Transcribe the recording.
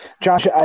Josh